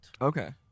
Okay